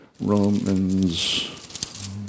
Romans